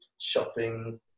shopping